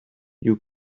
you